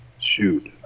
shoot